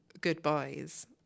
goodbyes